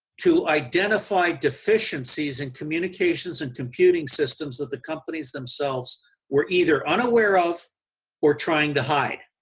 to identify deficiencies in communications and computing systems that the companies themselves were either unaware of or trying to hide.